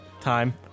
Time